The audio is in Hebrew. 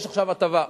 יש עכשיו הטבה,